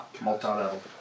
multi-level